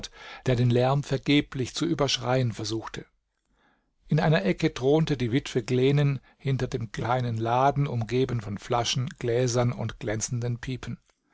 der den lärm vergeblich zu überschreien versuchte in einer ecke thronte die witwe glenen hinter dem kleinen laden umgeben von flaschen gläsern und glänzenden pipen